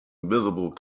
invisible